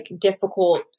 difficult